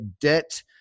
debt